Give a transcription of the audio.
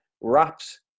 wraps